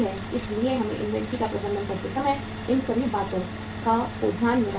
इसलिए हमें इन्वेंट्री का प्रबंधन करते समय इन सभी बातों को ध्यान में रखना होगा